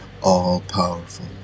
All-powerful